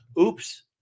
Oops